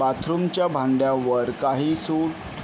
बाथरूमच्या भांड्यावर काही सूट